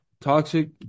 Toxic